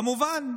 כמובן,